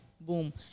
Boom